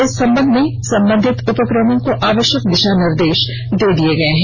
इस संबंध में संबंधित उपक्रमों को आवश्यक दिशा निर्देश दे दिए गए हैं